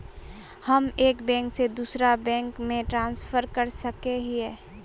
हम एक बैंक से दूसरा बैंक में ट्रांसफर कर सके हिये?